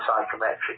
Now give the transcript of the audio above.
psychometric